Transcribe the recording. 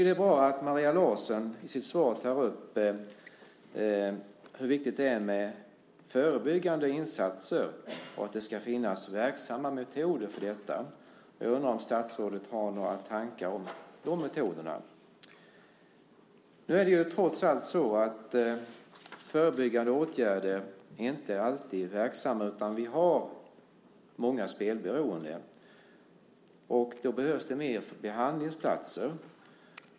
Det är bra att Maria Larsson i sitt svar tar upp hur viktigt det är med förebyggande insatser och att det ska finnas verksamma metoder för detta. Jag undrar om statsrådet har några tankar om de metoderna. Nu är det trots allt så att förebyggande åtgärder inte alltid är verksamma, utan vi har många spelberoende. Det behövs fler behandlingsplatser.